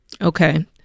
Okay